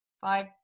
five